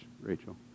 Rachel